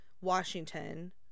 Washington